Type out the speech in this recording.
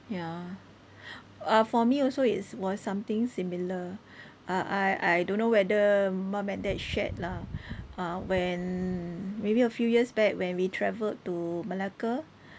ya uh for me also it was something similar uh I I don't know whether mum and dad shared lah uh when maybe a few years back when we traveled to Malacca